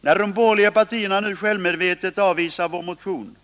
När de borgerliga partierna nu självmedvetet avvisar vår motion